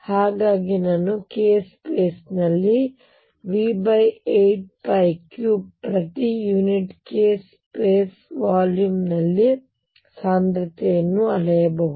ಹಾಗಾಗಿ ನಾನು k ಸ್ಪೇಸ್ನಲ್ಲಿ V83 ಪ್ರತಿ ಯುನಿಟ್ k ಸ್ಪೇಸ್ ವಾಲ್ಯೂಮ್ನಲ್ಲಿ ಸಾಂದ್ರತೆಯನ್ನು ಅಳೆಯಬಹುದು